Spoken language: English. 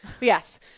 Yes